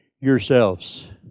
yourselves